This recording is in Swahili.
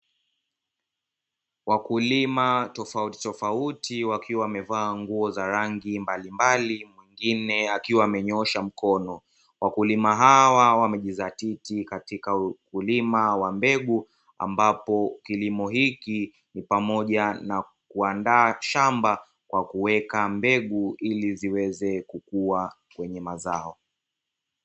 Wakulima tofautitofauti tofauti wakiwa wamevaa nguo za rangi mbalimbali, mwingine akiwa amenyoosha mkono. Wakulima hawa wamejidhatiti katika ukulima wa mbegu, ambapo kilimo hiki ni pamoja na kuandaa shamba kwa kuweka mbegu ili ziweze kukua kwenye mazao.